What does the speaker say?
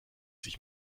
sich